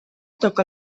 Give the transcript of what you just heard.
toca